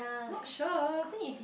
not sure